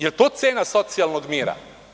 Jel to cena socijalnog mira?